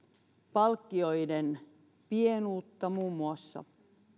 palkkioiden pienuutta muun muassa